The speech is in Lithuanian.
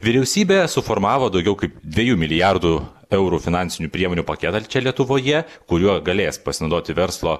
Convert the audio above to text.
vyriausybė suformavo daugiau kaip dviejų milijardų eurų finansinių priemonių paketą čia lietuvoje kuriuo galės pasinaudoti verslo